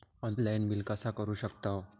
Online bill कसा करु शकतव?